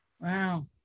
Wow